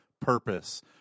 Purpose